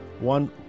one